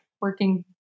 working